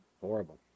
horrible